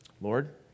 Lord